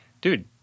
dude